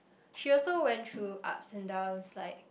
she also went through ups and downs like